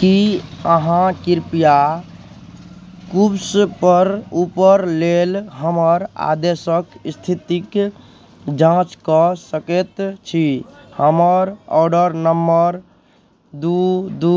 की अहाँ कृपया कूव्सपर ऊपर लेल हमर आदेशक स्थितिक जाँच कऽ सकैत छी हमर ऑर्डर नम्बर दू दू